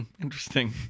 Interesting